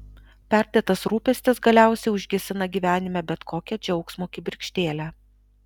perdėtas rūpestis galiausiai užgesina gyvenime bet kokią džiaugsmo kibirkštėlę